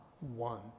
one